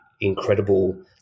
incredible